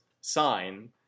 sign